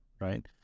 right